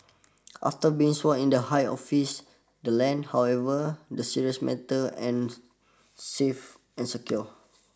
after being sworn in the high office the land however the serious matter and safe and secure